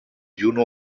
juno